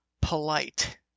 polite